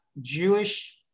Jewish